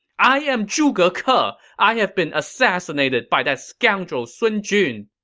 i am zhuge ke. but i have been assassinated by that scoundrel sun jun!